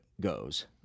goes